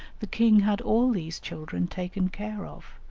the king had all these children taken care of,